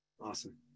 Awesome